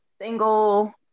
single